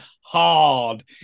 hard